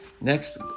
next